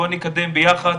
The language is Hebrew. בוא נקדם ביחד,